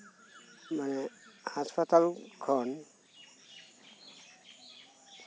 ᱢᱟᱱᱮ ᱦᱟᱥᱯᱟᱛᱟᱞ ᱠᱷᱚᱱ